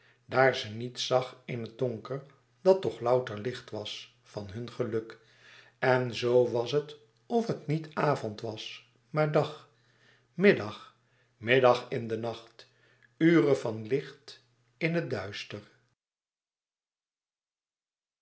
daar ze niets zag in het donker dat toch louter licht was van hun geluk en zoo was het of het niet avond was maar dag middag middag in den nacht ure van licht in het duister